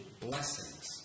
blessings